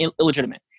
illegitimate